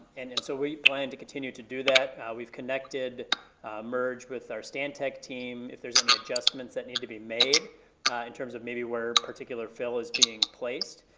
and and so we plan to continue to do that. we've connected merge with our stantec team, if there's any adjustments that need to be made in terms of maybe where particular fill is being placed.